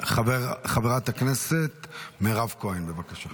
חברת הכנסת מירב כהן, בבקשה.